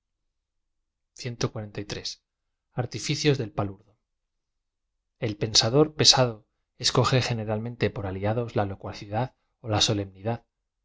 tl palw do el pensador pesado escoge generalmente por aliados la locuacidad ó la solemnidad